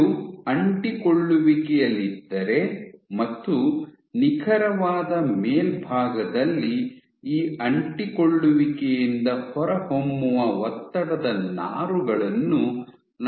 ಇದು ಅಂಟಿಕೊಳ್ಳುವಿಕೆಯಲ್ಲಿದ್ದರೆ ಮತ್ತು ನಿಖರವಾದ ಮೇಲ್ಭಾಗದಲ್ಲಿ ಈ ಅಂಟಿಕೊಳ್ಳುವಿಕೆಯಿಂದ ಹೊರಹೊಮ್ಮುವ ಒತ್ತಡದ ನಾರುಗಳನ್ನು ನಾವು ಹೊಂದಿದ್ದೇವೆ